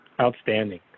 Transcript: outstanding